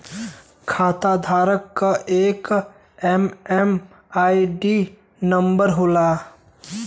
खाताधारक क एक एम.एम.आई.डी नंबर होला